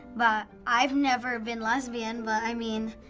but i've never been lesbian but, i mean,